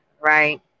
right